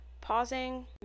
pausing